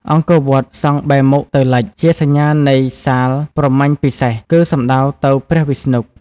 អង្គរវត្តសង់បែរមុខទៅ លិច ជាសញ្ញានៃសាលព្រហ្មញ្ញពិសេស គឺសំដៅទៅព្រះវិស្ណុ។